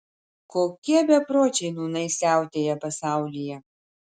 kokie bepročiai nūnai siautėja pasaulyje